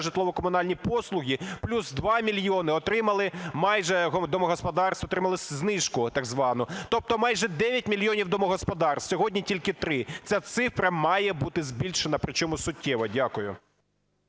житлово-комунальні послуги, плюс 2 мільйони отримали майже... домогосподарств отримали знижку так звану. Тобто майже 9 мільйонів домогосподарств – сьогодні тільки 3. Ця цифра має бути збільшена, причому суттєво. Дякую.